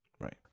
Right